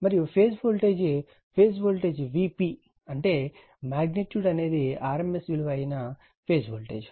మరియు phase voltage phase voltage Vp అంటే magnitude magnitude అనేది rms విలువ అయిన ఫేజ్ వోల్టేజ్